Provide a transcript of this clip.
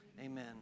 amen